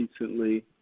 recently